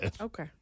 Okay